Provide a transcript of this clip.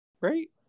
Right